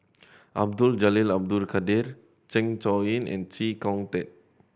Abdul Jalil Abdul Kadir Zeng Shouyin and Chee Kong Tet